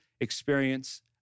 experience